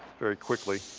very quickly.